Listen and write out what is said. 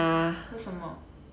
为什么